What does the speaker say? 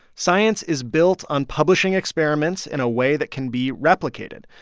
science is built on publishing experiments in a way that can be replicated.